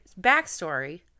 backstory